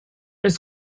its